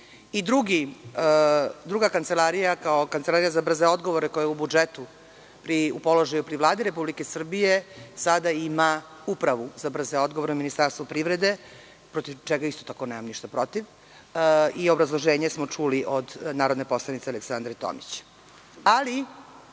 kancelarija, kao Kancelarija za brze odgovore, koja je u budžetu u položaju pri Vladi Republike Srbije, sada ima upravu za brze odgovore u Ministarstvu privrede, protiv čega isto tako nemam ništa protiv i obrazloženje smo čuli od narodne poslanice Aleksandre Tomić. Ali,